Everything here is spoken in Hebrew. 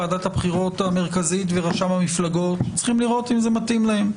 ועדת הבחירות המרכזית ורשם המפלגות צריכים לראות אם זה מתאים להם.